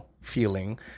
feeling